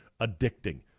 addicting